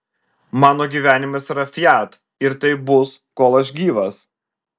mano gyvenimas yra fiat ir taip bus kol aš gyvas